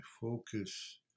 focus